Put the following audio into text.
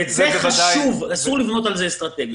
אסור לבנות על זה אסטרטגית.